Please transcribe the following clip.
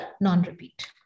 non-repeat